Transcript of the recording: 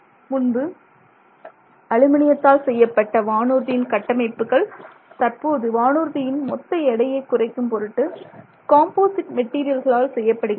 முன்பு அலுமினியத்தால் செய்யப்பட்ட வானூர்தியின் கட்டமைப்புகள் தற்போது வானூர்தியின் மொத்த எடையை குறைக்கும் பொருட்டு காம்போசிட் மெட்டீரியல்களால் செய்யப்படுகின்றன